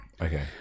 Okay